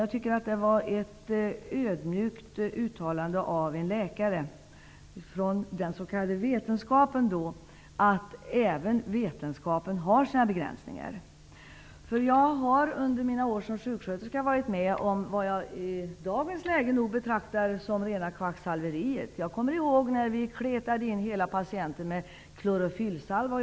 Jag tycker att det var ödmjukt uttalat av en läkare, från den s.k. sakkunskapen, att även vetenskapen har sina begränsningar. Jag har under mina år som sjuksköterska varit med om sådant som jag i dagens läge nog betraktar som rena kvacksalveriet. Jag kommer ihåg när vi kletade in hela patienter med klorofyllsalva.